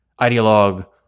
ideologue